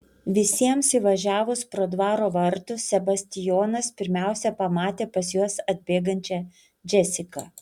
visiems įvažiavus pro dvaro vartus sebastijonas pirmiausia pamatė pas juos atbėgančią džesiką